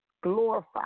glorify